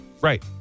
Right